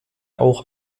auch